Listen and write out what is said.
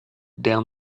down